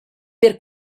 per